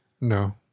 No